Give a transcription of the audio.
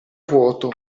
vuoto